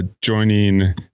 joining